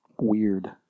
Weird